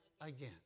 again